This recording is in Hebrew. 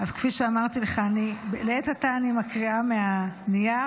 אז כפי שאמרתי לך, לעת עתה אני מקריאה מהנייר.